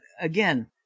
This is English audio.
again